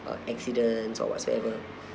uh accidents or whatsoever